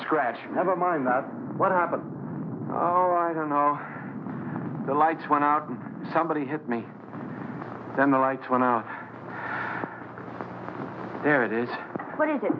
scratch never mind that what happened i don't know the lights went out and somebody had me then the lights went out there it is what is it